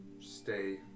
stay